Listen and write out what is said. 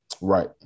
Right